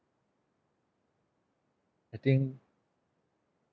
I think